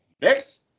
next